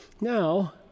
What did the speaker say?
now